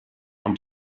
und